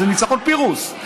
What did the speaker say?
זה ניצחון פירוס.